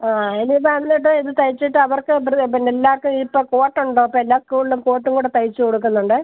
ആ എൻ്റെ തന്നിട്ട് ഇത് തയ്ച്ചിട്ട് അവർക്ക് വെറുതെ പിന്നെ എല്ലാവർക്കും ഇപ്പോൾ കോട്ടും ട്ടോപ്പെല്ലാം സ്കൂളിലും കോട്ടും കൂടെ തയ്ച്ച് കൊടുക്കുന്നുണ്ട്